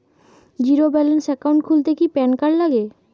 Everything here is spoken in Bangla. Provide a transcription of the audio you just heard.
জীরো ব্যালেন্স একাউন্ট খুলতে কি প্যান কার্ড লাগে?